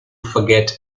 forget